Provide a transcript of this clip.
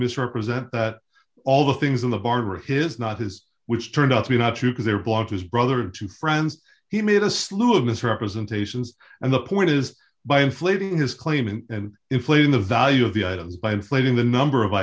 misrepresent that all the things in the barber of his not his which turned out to be not true because they were blocked his brother to friends he made a slew of misrepresentations and the point is by inflating his claim and inflating the value of the items by inflating the number of